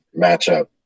matchup